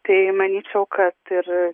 tai manyčiau kad ir